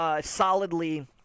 solidly